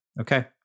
Okay